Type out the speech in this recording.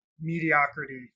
mediocrity